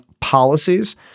policies